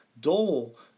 Dole